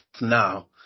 now